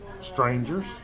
Strangers